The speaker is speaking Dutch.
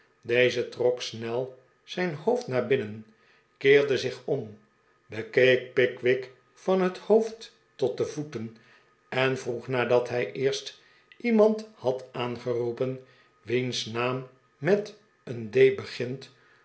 deze trok snel zijn hoofd naar binnen keerde zich om bekeek pickwick van het hoofd tot de voeten en vroeg nadat hij eerst iemand had aangeroepen wiens naam met een